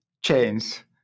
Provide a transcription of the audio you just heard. change